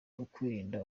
ukwirinda